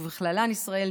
ובכללן ישראל,